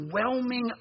overwhelming